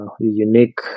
unique